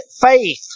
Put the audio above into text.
faith